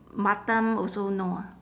batam also no ah